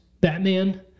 Batman